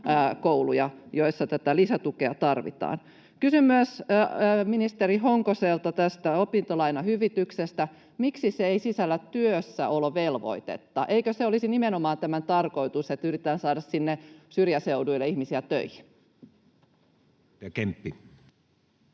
kouluja, joissa tätä lisätukea tarvitaan? Kysyn myös ministeri Honkoselta opintolainahyvityksestä: Miksi se ei sisällä työssäolovelvoitetta? Eikö nimenomaan se olisi tämän tarkoitus, että yritetään saada sinne syrjäseuduille ihmisiä töihin? Edustaja Kemppi.